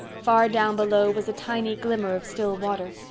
far down below was a tiny glimmer of still water.